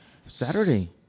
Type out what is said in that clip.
Saturday